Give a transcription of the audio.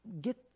get